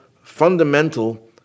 fundamental